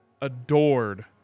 adored